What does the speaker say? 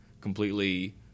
completely